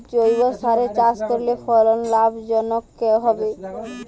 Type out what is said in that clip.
জৈবসারে চাষ করলে ফলন লাভজনক হবে?